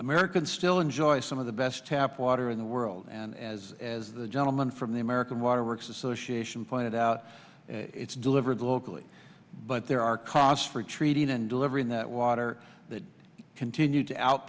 americans still enjoy some of the best tap water in the world and as as the gentleman from the american waterworks association pointed out it's delivered locally but there are costs for treating and delivering that water that continue to out